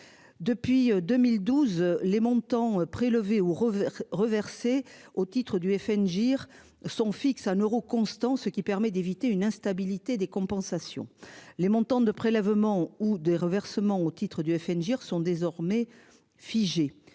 Depuis 2012, les montants prélevés ou. Reversés au titre du FNE GIR son fixe en euros constants, ce qui permet d'éviter une instabilité des compensations. Les montants de prélèvement ou des reversements au titre du FNE GIR sont désormais figées